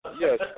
yes